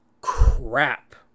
crap